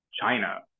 China